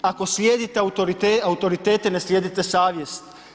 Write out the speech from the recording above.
Ako slijedite autoritete, ne slijedite savjest.